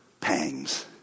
pangs